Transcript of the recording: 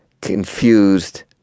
confused